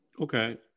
okay